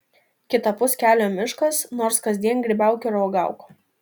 kitapus kelio miškas nors kasdien grybauk ir uogauk